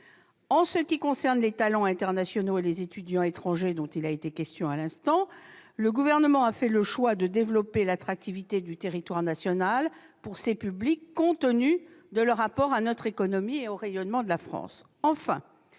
S'agissant des talents internationaux et des étudiants étrangers, dont il a été question à l'instant, le Gouvernement a fait le choix de développer l'attractivité du territoire national pour ces publics, compte tenu de leur apport à notre économie et au rayonnement de la France.